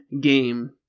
game